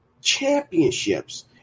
championships